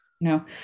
No